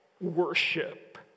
worship